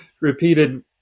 repeated